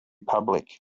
public